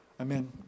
Amen